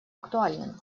актуальным